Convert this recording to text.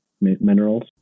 minerals